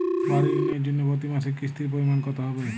বাড়ীর ঋণের জন্য প্রতি মাসের কিস্তির পরিমাণ কত হবে?